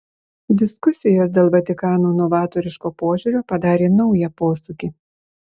diskusijos dėl vatikano novatoriško požiūrio padarė naują posūkį